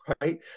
right